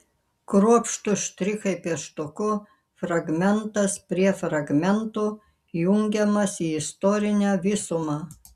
kruopštūs štrichai pieštuku fragmentas prie fragmento jungiamas į istorinę visumą